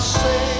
say